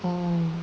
orh